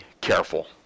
careful